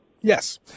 Yes